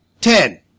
Ten